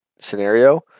scenario